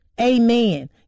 Amen